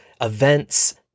events